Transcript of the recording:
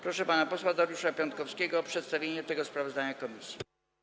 Proszę pana posła Dariusza Piontkowskiego o przedstawienie sprawozdania komisji.